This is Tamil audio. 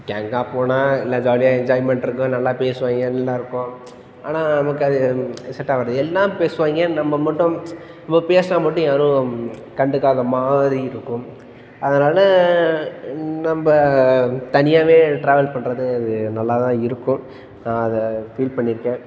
கேங்காகப் போனால் நல்லா ஜாலியாக என்ஜாய்மெண்டு இருக்கும் நல்லா பேசுவாங்க எல்லாம் இருக்கும் ஆனால் நமக்கு அது செட் ஆகாது எல்லாம் பேசுவாங்க நம்ம மட்டும் நம்ம பேசுனால் மட்டும் யாரும் கண்டுக்காத மாதிரி இருக்கும் அதனால் நம்ம தனியாகவே ட்ராவல் பண்ணுறது அது நல்லா தான் இருக்கும் நான் அதை ஃபீல் பண்ணியிருக்கேன்